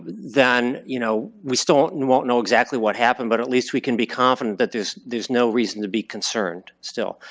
then you know, we won't and won't know exactly what happened, but at least we can be confident that there's there's no reason to be concerned still.